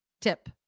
tip